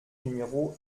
numéro